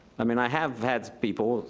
i mean, i have had people,